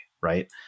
Right